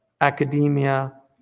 academia